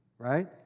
right